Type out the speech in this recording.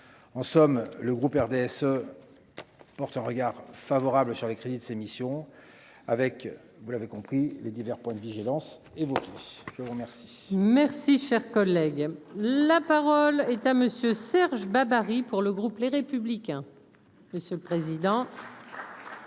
en somme, le groupe RDSE porte un regard favorable sur les crédits de ses missions avec vous l'avez compris les divers points de vigilance et je vous remercie. Merci, cher collègue, la parole est à monsieur Serge Babary pour le groupe Les Républicains